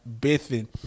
bathing